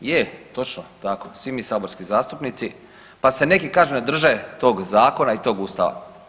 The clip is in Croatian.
Je točno tako, svi mi saborski zastupnici pa se neki kažu ne drže tog zakona i tog Ustava.